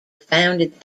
founded